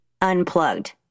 unplugged